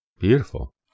Beautiful